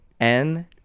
N-